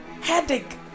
headache